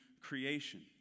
creation